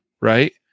right